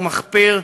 הוא מחפיר,